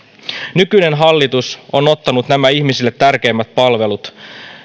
nykyinen hallitus on ottanut nämä ihmisille tärkeimmät palvelut